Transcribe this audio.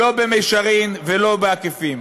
לא במישרין ולא בעקיפין.